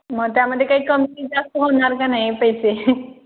मग त्यामध्ये काही कमी जास्त होणार का नाही पैसे